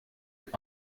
mit